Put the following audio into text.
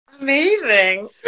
Amazing